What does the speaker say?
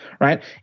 right